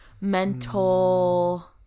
Mental